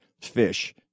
fish